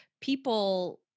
people